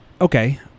okay